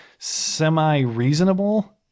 semi-reasonable